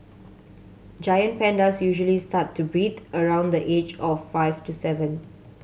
giant pandas usually start to breed around the age of five to seven